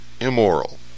immoral